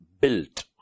built